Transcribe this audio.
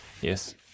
Yes